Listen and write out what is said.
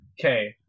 Okay